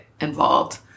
involved